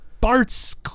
Bart's